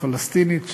הפלסטינית,